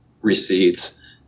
receipts